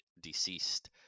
deceased